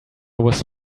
was